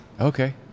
Okay